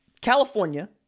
California